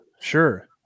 sure